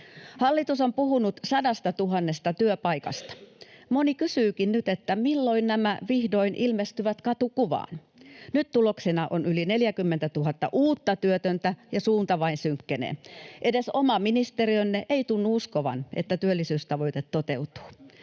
Hallitus on puhunut 100 000 työpaikasta. Moni kysyykin nyt, milloin nämä vihdoin ilmestyvät katukuvaan. Nyt tuloksena on yli 40 000 uutta työtöntä, ja suunta vain synkkenee. Edes oma ministeriönne ei tunnu uskovan, että työllisyystavoite toteutuu.